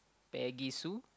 Peggy Sue